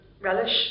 relish